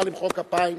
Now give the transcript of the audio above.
אפשר למחוא כפיים.